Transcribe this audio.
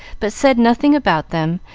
but said nothing about them,